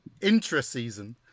Intra-season